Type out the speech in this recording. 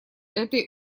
этой